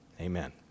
Amen